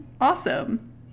Awesome